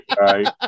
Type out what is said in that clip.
right